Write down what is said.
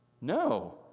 No